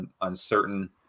uncertain